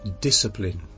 discipline